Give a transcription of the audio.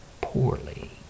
poorly